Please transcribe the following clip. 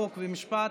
חוק ומשפט,